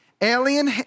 Alien